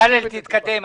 בצלאל, תתקדם.